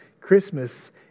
Christmas